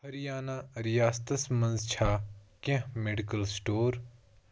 ہریانہٕ رِیاستَس مَنٛز چھا کیٚنٛہہ میڈیکل سِٹور